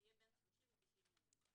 - שתהיה בין 30 ל-90 ימים.